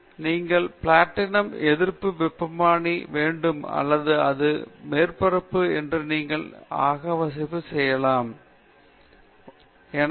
உனக்கு அறிவு வேண்டும் நீங்கள் பிளாட்டினம் எதிர்ப்பு வெப்பமானி வேண்டும் அல்லது அது மேற்பரப்பு என்றால் நீங்கள் அகச்சிவப்பு வேண்டும் எனவே நீங்கள் மற்ற மக்கள் என்ன செய்ய வேண்டும் என்று